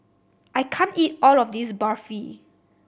I can't eat all of this Barfi